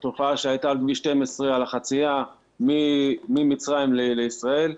תופעה שהייתה על החצייה ממצרים לישראל.